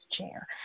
chair